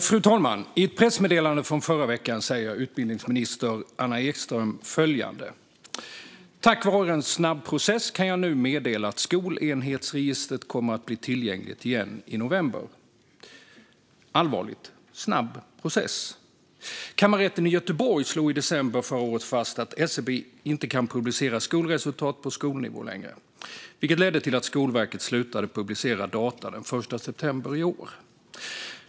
Fru talman! I ett pressmeddelande från förra veckan säger utbildningsminister Anna Ekström följande: "Tack vare en snabb process kan jag nu meddela att skolenhetsregistret kommer att bli tillgängligt igen i november." Allvarligt talat - en snabb process? Kammarrätten i Göteborg slog i december förra året fast att SCB inte kan publicera skolresultat på skolnivå längre, vilket ledde till att Skolverket slutade publicera data den 1 september i år.